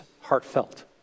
heartfelt